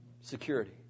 security